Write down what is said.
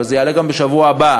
וזה יעלה גם בשבוע הבא,